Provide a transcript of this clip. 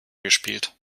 gespielt